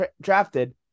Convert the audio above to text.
drafted